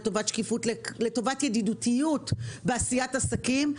לטובת שקיפות, לטובת ידידותיות בעשיית עסקים.